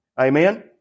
Amen